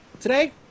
today